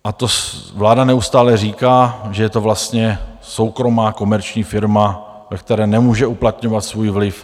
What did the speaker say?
A to vláda neustále říká, že je to vlastně soukromá komerční firma, ve které nemůže uplatňovat svůj vliv.